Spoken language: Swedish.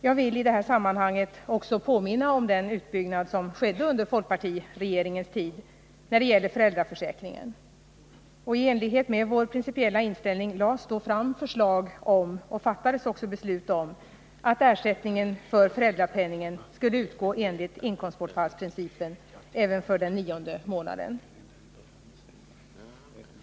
Jag vill i det här sammanhanget också påminna om den utbyggnad som skedde under folkpartiregeringens tid när det gäller föräldraförsäkringen. I enlighet med vår principiella inställning lades då fram förslag om och fattades också beslut om att ersättningen för föräldrapenningen skulle utgå enligt inkomstbortfallsprincipen även för den nionde månaden.